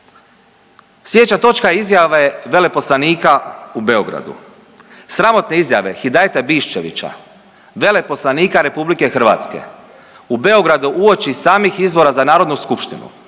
Slijedeća točka je izjave veleposlanika u Beogradu. Sramotne izjave Hidajeta Biščevića, veleposlanika RH u Beogradu uoči samih izbora za narodnu skupštinu.